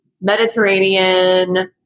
Mediterranean